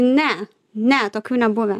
ne ne tokių nebuvę